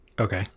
okay